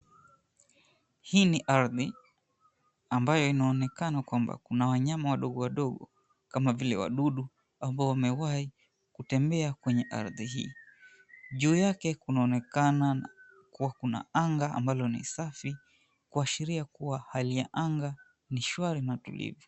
Hii ni ardhi ambayo inaonekana kwamba kuna wanyama wadogo wadogo kama vile wadudu, ambao wamewahi kutembea kwenye ardhi hii. Juu yake kunaonekana kuwa kuna anga ambalo ni safi kuashiria kuwa hali ya anga ni shwari na tulivu.